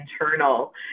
internal